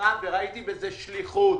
משימה ושליחות.